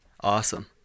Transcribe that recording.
Awesome